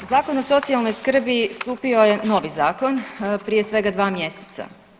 Zakon o socijalnoj skrbi stupio je novi zakon prije svega dva mjeseca.